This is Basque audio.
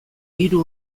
hiru